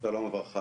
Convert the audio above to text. זאת אחת מהן,